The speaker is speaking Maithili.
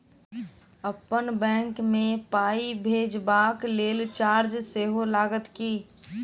अप्पन बैंक मे पाई भेजबाक लेल चार्ज सेहो लागत की?